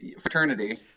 fraternity